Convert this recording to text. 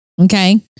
Okay